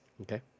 Okay